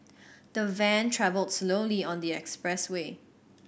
the van travelled slowly on the expressway